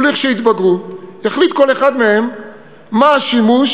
ולכשיתבגרו יחליט כל אחד מהם מה השימוש